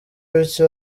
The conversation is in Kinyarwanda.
bityo